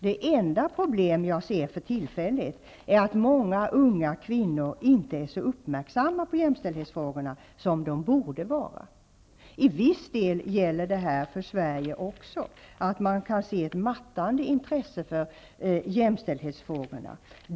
Det enda problem hon ser för tillfället är att många unga kvinnor inte är så uppmärksamma på jämställdhetsfrågorna som de borde vara. Till viss del gäller detta även Sverige. Det går att se ett avmattande intresse för jämställdhetsfrågorna.